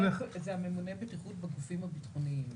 --- זה ממונה הבטיחות בגופים הביטחוניים.